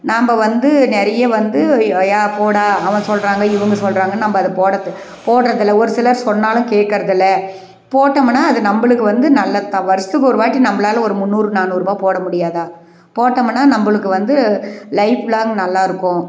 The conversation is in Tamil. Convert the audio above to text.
நாம் வந்து நிறைய வந்து ஏன் போடால் அவன் சொல்கிறாங்க இவங்க சொல்கிறாங்கன்னு நம்ம அதை போட்டத்து போட்டுறதில்ல ஒரு சிலர் சொன்னாலும் கேட்கறதில்ல போட்டமுன்னால் அது நம்மளுக்கு வந்து நல்லத்தான் வருஷத்துக்கு ஒருவாட்டி நம்மளால ஒரு முந்நூறு நாநூறுரூபா போட முடியாதா போட்டமுன்னால் நம்மளுக்கு வந்து லைஃப் லாங்க் நல்லாயிருக்கும்